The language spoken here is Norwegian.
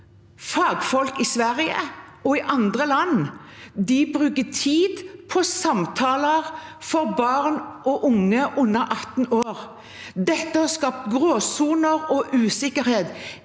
fagfolk i Sverige og i andre land som bruker tid på samtaler med barn og unge under 18 år. Dette har skapt gråsoner og usikkerhet.